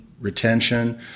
retention